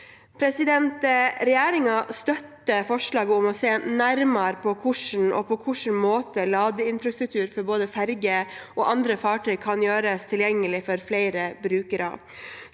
for lading. Regjeringen støtter forslaget om å se nærmere på hvordan, og på hvilken måte, ladeinfrastruktur for både ferger og andre fartøy kan gjøres tilgjengelig for flere brukere.